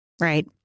right